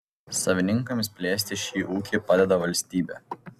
savininkams plėsti šį ūkį padeda valstybė